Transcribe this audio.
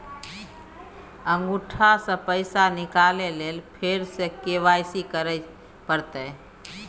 अंगूठा स पैसा निकाले लेल फेर स के.वाई.सी करै परतै?